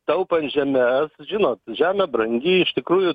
taupant žemes žinot žemė brangi iš tikrųjų